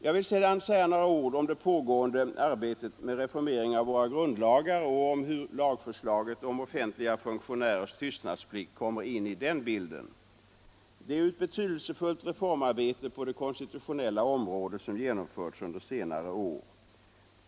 Jag vill sedan säga några ord om det pågående arbetet med reformering av våra grundlagar och om hur lagförslaget om offentliga funktionärers tystnadsplikt kommer in i den bilden. Det är ett betydelsefullt reformarbete på det konstitutionella området som genomförts under senare år.